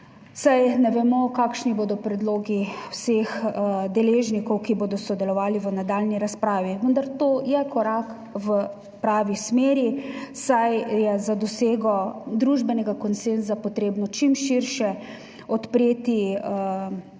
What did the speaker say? saj ne vemo, kakšni bodo predlogi vseh deležnikov, ki bodo sodelovali v nadaljnji razpravi. Vendar to je korak v pravi smeri, saj je za dosego družbenega konsenza potrebno čim širše odpreti